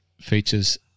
features